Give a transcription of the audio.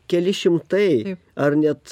keli šimtai ar net